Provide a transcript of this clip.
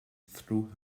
through